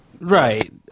right